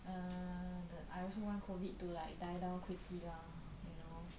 err the I also want COVID to like die down quickly lah you know